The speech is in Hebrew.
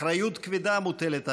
אחריות כבדה מוטלת עלינו,